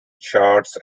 charts